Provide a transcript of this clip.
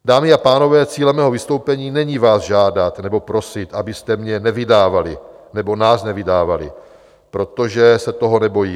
Dámy a pánové, cílem mého vystoupení není vás žádat nebo prosit, abyste mě nevydávali, nebo nás nevydávali, protože se toho nebojíme.